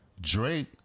Drake